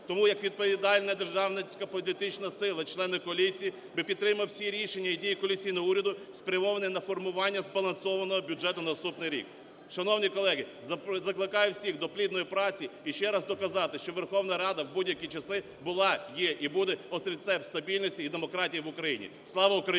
Тому як відповідальна державницька політична сила, члени коаліції, ми підтримуємо всі рішення і дії коаліційного уряду, спрямовані на формування збалансованого бюджету на наступний рік. Шановні колеги, закликаю всіх до плідної праці і ще раз доказати, що Верховна Рада в будь-які часи була, є і буде острівцем стабільності і демократії в Україні. Слава Україні!